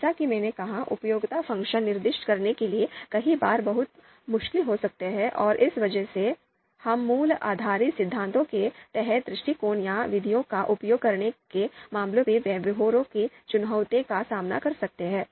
जैसा कि मैंने कहा उपयोगिता फ़ंक्शन निर्दिष्ट करने के लिए कई बार बहुत मुश्किल हो सकता है और इस वजह से हम मूल्य आधारित सिद्धांतों के तहत दृष्टिकोण या विधियों का उपयोग करने के मामले में व्यावहारिक चुनौतियों का सामना कर सकते हैं